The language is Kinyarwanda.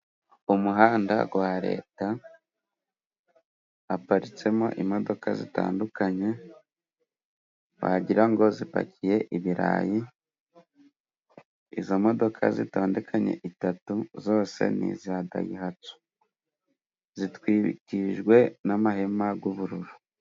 Umuhanda gwa Leta, haparitsemo imodoka zitandukanye wagira ngo zipakiye ibirayi, izi modoka zitandukanye itatu zose ni iza dayihatsu. Zitwikirijwe n'amahema y'ubururu.